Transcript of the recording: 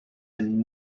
and